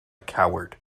coward